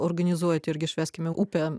organizuojate irgi švęskime upę